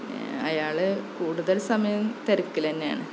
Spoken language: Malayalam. പിന്നെ അയാൾ കൂടുതല് സമയം തിരക്കിൽ തന്നെയാണ്